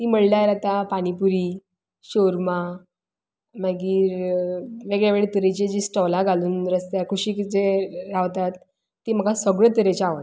ती म्हणल्यार आतां पानीपुरी शोरमा मागीर वेगवेगळ्या तरेचे जी स्टोलां घालून रस्त्या कुशीक जे रावतात ती म्हाका सगळ्यो तरेच्यो आवडटा